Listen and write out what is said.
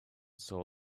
saw